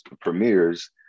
premieres